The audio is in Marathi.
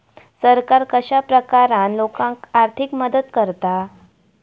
सरकार कश्या प्रकारान लोकांक आर्थिक मदत करता?